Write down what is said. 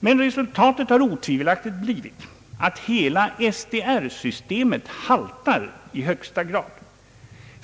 Men resultatet har otvivelaktigt blivit att hela SDR systemet haltar i högsta grad.